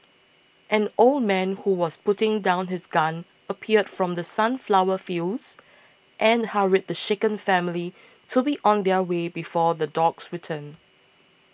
an old man who was putting down his gun appeared from the sunflower fields and hurried the shaken family to be on their way before the dogs return